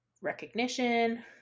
recognition